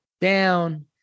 down